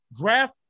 Draft